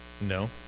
No